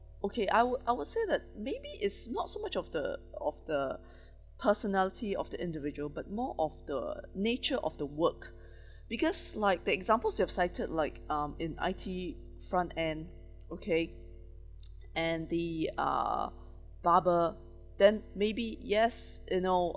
okay I would I would say that maybe it's not so much of the of the personality of the individual but more of the nature of the work because like the examples you have cited like um in I_T front end okay and the uh barber then maybe yes you know